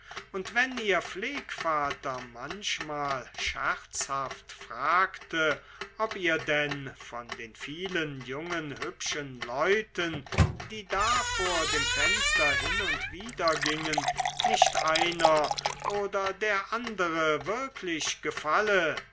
und wenn ihr pflegvater manchmal scherzhaft fragte ob ihr denn von den vielen jungen hübschen leuten die da vor dem fenster hin und wider gingen nicht einer oder der andere wirklich gefalle